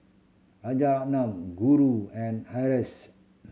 Rajaratnam Guru and Haresh